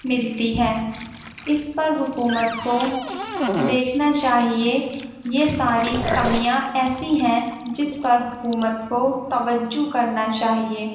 ملتی ہیں اس پر حکومت کو دیکھنا چاہیے یہ ساری کمیاں ایسی ہیں جس پر حکومت کو توجہ کرنا چاہیے